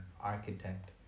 architect